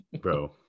bro